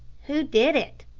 who did it?